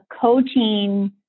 coaching